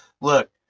look